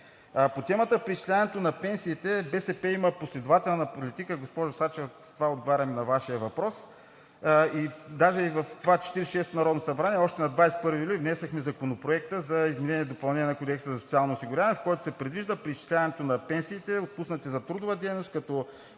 По темата за преизчисляването на пенсиите БСП има последователна политика. Госпожо Сачева, с това отговарям на Вашия въпрос. Даже и в това 46-о народно събрание още на 21 юли внесохме Законопроекта за изменение и допълнение на Кодекса за социално осигуряване, в който се предвижда преизчисляването на пенсиите, отпуснати за трудова дейност, като коефициентът